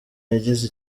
yagize